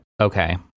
Okay